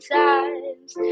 times